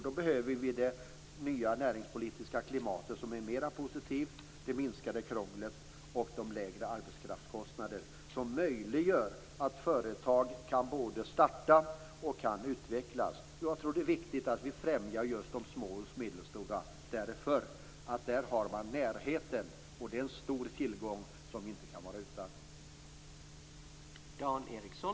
Då behöver vi ett nytt och mera positivt näringspolitiskt klimat, med minskat krångel och lägre arbetskraftskostnader, något som skulle möjliggöra att företag kan både starta och utvecklas. Jag tror att det är viktigt att vi främjar just de små och medelstora företagen, vars närhet är en stor tillgång som vi inte kan vara utan.